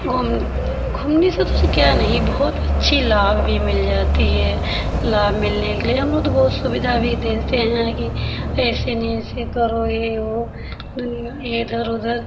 घूम घूमने से तो उसे क्या नहीं बहुत अच्छी लाभ भी मिल जाती है लाभ मिलने के लिए हम लोग तो बहुत सुविधा भी दे देते हैं कि ऐसे नहीं ऐसे करो ये वो दुनिया इधर उधर